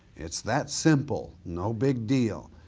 it's that simple, no big deal.